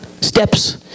steps